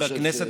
חברי הכנסת,